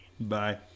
Bye